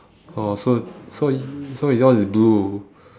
oh so so y~ so yours is blue